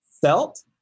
felt